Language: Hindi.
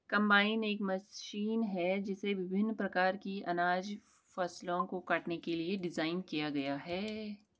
कंबाइन एक मशीन है जिसे विभिन्न प्रकार की अनाज फसलों को काटने के लिए डिज़ाइन किया गया है